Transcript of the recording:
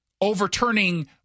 overturning